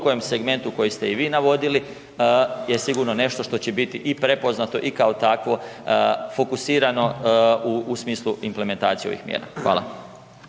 kojem segmentu koji ste i vi navodili je sigurno nešto što će biti i prepoznato kao takvo fokusirano u smislu implementacije ovih mjera. Hvala.